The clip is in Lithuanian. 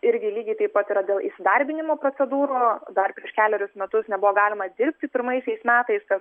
irgi lygiai taip pat yra dėl įsidarbinimo procedūrų dar prieš kelerius metus nebuvo galima dirbti pirmaisiais metais